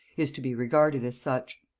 is to be regarded as such.